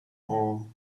all